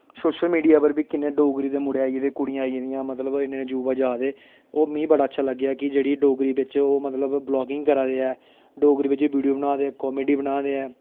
social media उप्पर बी कि'न्ने डोगरी दे मुड़े आई गेदे कुड़ियां आई गेदियां मतलब इ'न्ने इ'न्ने युवा जा दे ओह् मिगी बड़ा अच्छा लग्गेआ कि जेह्ड़ी डोगरी ओह् मतलब व्लॉगिंग करा दे ऐ डोगरी बिच वीडियो बना दे कॉमेडी बना दे ऐ